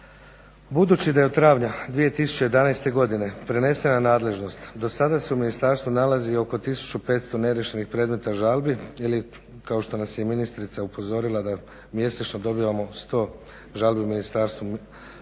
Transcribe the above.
Budući da je od travnja 2011. godine prenesena nadležnost, do sada se u ministarstvu nalazi oko tisuću 500 neriješenih predmeta žalbi ili kao što nas je i ministrica upozorila da mjesečno dobivamo 100 žalbi u ministarstvu